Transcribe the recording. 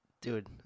Dude